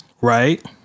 Right